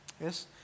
Yes